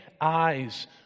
eyes